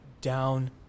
Down